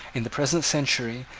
in the present century,